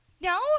no